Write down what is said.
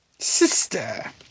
Sister